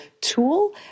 tool